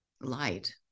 light